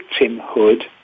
victimhood